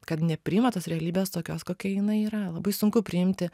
kad nepriima tos realybės tokios kokia jinai yra labai sunku priimti